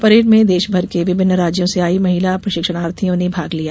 parade में देश भर के विभिन्न राज्यों से आई महिला प्रशिक्षणार्थियों ने भाग लिया